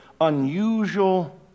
unusual